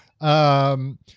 Um-